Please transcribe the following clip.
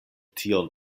tion